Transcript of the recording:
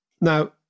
Now